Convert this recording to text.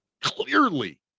clearly